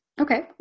Okay